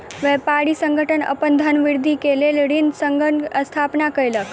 व्यापारी संगठन अपन धनवृद्धि के लेल ऋण संघक स्थापना केलक